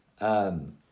um-